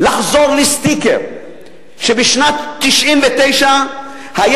אני רוצה לחזור לסטיקר שבשנת 1999 היה